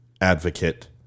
advocate